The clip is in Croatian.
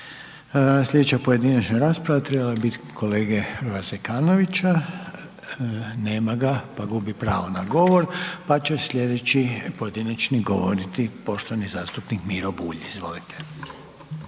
Slijedeća pojedinačna rasprava trebala je biti kolege Zekanovića, nema ga pa gubi pravo na govor, pa će sljedeći pojedinačni govoriti poštovani zastupnik Miro Bulj. Izvolite.